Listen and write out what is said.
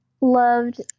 loved